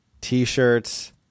T-shirts